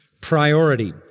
Priority